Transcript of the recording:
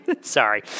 Sorry